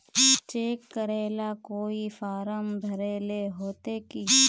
Cheque करेला कोई फारम भरेले होते की?